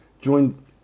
Join